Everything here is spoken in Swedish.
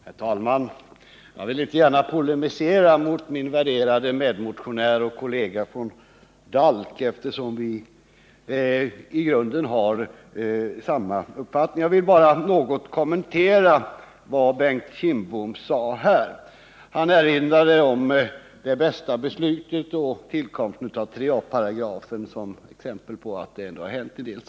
Herr talman! Jag vill inte gärna polemisera mot min värderade medmotionär och kollega från DALK, eftersom vi i grunden har samma uppfattning. Jag vill bara något kommentera vad Bengt Kindbom här sagt. Bengt Kindbom erinrade om Det Bästa-beslutet och om tillkomsten av 3a§ som exempel på att det ändå hänt en del.